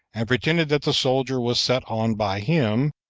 and pretended that the soldier was set on by him,